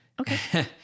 Okay